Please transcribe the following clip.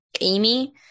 amy